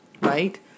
right